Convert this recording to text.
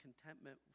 contentment